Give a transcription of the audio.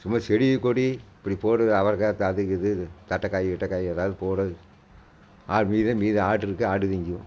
சும்மா செடி கொடி இப்படி போட அவரைக்காய் அது இது கட்டக்காய் கிட்டக்காய் எதாவது போடுறது ஆடு மீதம் மீதம் ஆடு இருக்குது ஆடு திங்கும்